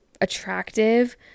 attractive